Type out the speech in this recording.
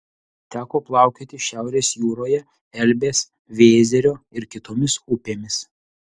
teko plaukioti šiaurės jūroje elbės vėzerio ir kitomis upėmis